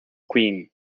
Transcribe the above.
queen